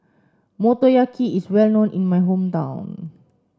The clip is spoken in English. Motoyaki is well known in my hometown